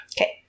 Okay